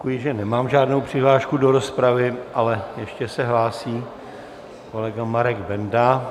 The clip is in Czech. Opakuji, že nemám žádnou přihlášku do rozpravy, ale ještě se hlásí kolega Marek Benda.